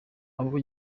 abo